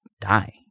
die